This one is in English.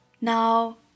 now